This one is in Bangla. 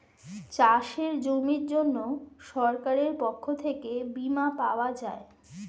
চাষের জমির জন্য সরকারের পক্ষ থেকে বীমা পাওয়া যায়